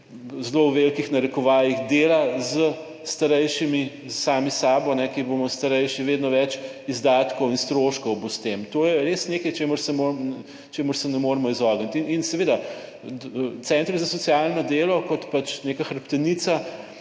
zelo, v velikih narekovajih, dela s starejšimi, sami s sabo, ki bodo starejši, vedno več izdatkov in stroškov bo s tem. To je res nekaj čemur se moramo, čemur se ne moremo izogniti. In seveda centri za socialno delo kot pač neka hrbtenica